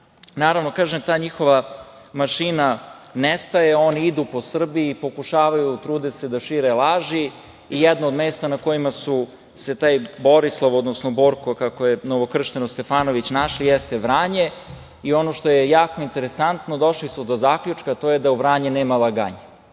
DS.Naravno, ta njihova mašina ne staje, oni idu po Srbiji, pokušavaju, trude se da šire laži i jedno od mesta na kojima su se, taj Borislav, odnosno Borko, kako je novokršteno Stefanović, našli jeste Vranje i ono što je jako interesantno došli su do zaključka da u „Vranje nema laganje“